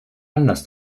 anders